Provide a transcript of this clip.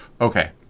Okay